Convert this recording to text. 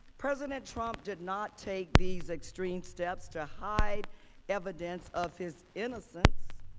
president trump did not take these extreme steps to hide evidence of his innocence.